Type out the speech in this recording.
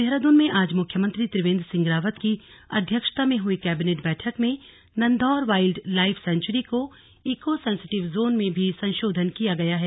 देहरादून में आज मुख्यमंत्री त्रिवेंद्र सिंह रावत की अध्यक्षता में हुई कैबिनेट बैठक में नंधौर वाइल्ड लाइफ सेंचुरी के इको सेसेटिव जोन में भी संशोधन किया गया है